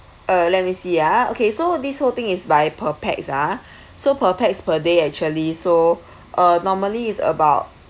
uh let me see a'ah okay so this whole thing is by per pax a'ah so per pax per day actually so uh normally is about